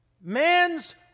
Man's